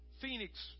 Phoenix